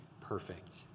perfect